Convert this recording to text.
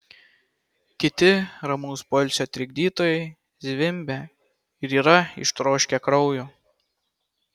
kiti ramaus poilsio trikdytojai zvimbia ir yra ištroškę kraujo